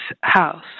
house